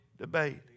debate